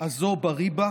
הזו בריבה